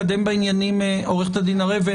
עו"ד זהבית קורבר,